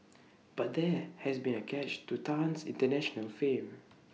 but there has been A catch to Tan's International fame